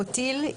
בוטיל,